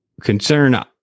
concern